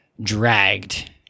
dragged